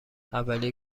اولی